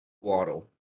Waddle